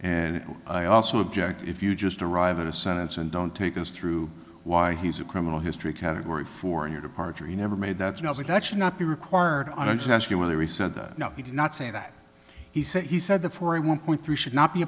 and i also object if you just arrive at a senate and don't take us through why he's a criminal history category for your departure you never made that's not like that should not be required i just ask you whether he said no he did not say that he said he said the four a one point three should not be